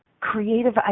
creative